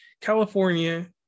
California